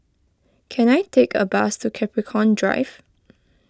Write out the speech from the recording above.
can I take a bus to Capricorn Drive